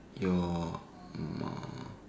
your mom